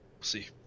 see